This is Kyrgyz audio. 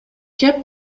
кеп